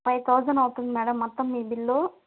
five thousand అవుతుంది madam మొత్తం మీ బిల్లు